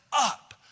up